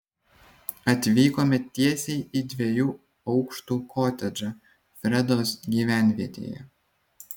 atvykome tiesiai į dviejų aukštų kotedžą fredos gyvenvietėje